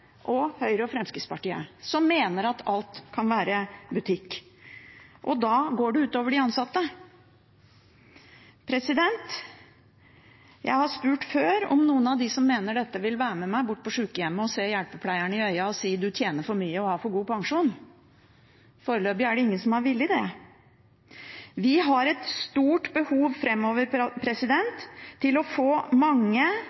og Høyre og Fremskrittspartiet, som mener at alt kan være butikk. Da går det ut over de ansatte. Jeg har spurt før om noen av dem som mener dette, vil være med meg bort på sykehjemmet og se hjelpepleierne i øynene og si at de tjener for mye og har for god pensjon. Foreløpig er det ingen som har villet det. Vi har et stort behov